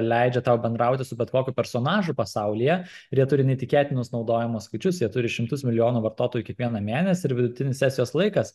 leidžia tau bendrauti su bet kokiu personažų pasaulyje ir jie turi neįtikėtinus naudojimo skaičius jie turi šimtus milijonų vartotojų kiekvieną mėnesį ir vidutinis sesijos laikas